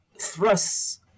thrusts